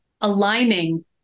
aligning